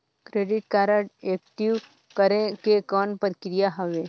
Credit card active करे के कौन प्रक्रिया हवे?